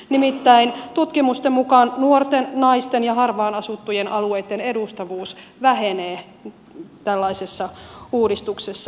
nimittäin tutkimusten mukaan nuorten naisten ja harvaan asuttujen alueitten edustus vähenee tällaisessa uudistuksessa